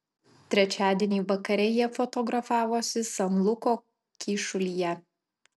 trečiadienį vakare jie fotografavosi san luko kyšulyje